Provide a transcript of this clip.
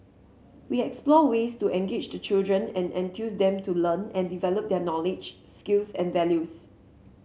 we explore ways to engage the children and enthuse them to learn and develop their knowledge skills and values